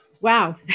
wow